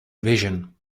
vision